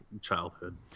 childhood